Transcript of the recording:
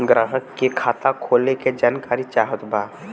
ग्राहक के खाता खोले के जानकारी चाहत बा?